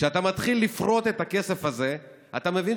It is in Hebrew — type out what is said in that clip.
כשאתה מתחיל לפרוט את הכסף הזה אתה מבין